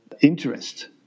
interest